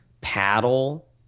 paddle